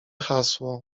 hasło